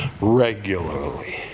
regularly